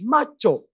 Macho